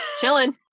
Chilling